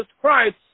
Christ